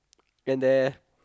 can meh